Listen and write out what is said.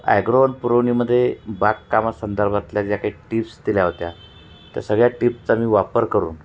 ॲग्रोवन पुरवणीमध्ये बागकामासंदर्भातल्या ज्या काही टिप्स दिल्या होत्या त्या सगळ्या टिपचा मी वापर करून